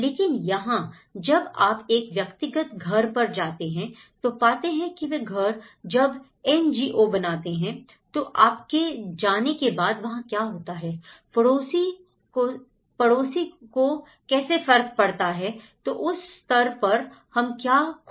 लेकिन यहाँ जब आप एक व्यक्तिगत घर पर जाते हैं तो पाते हैं कि वह घर जब एनजीओबनाते हैं तो आपके जाने के बाद वहां क्या होता है पड़ोसी को से कैसे फर्क पड़ता है तो उस स्तर पर हम क्या खो रहे हैं